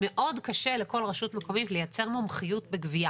קשה מאוד לכל רשות מקומית לייצר מומחיות בגבייה,